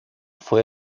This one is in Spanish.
fue